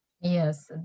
Yes